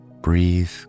Breathe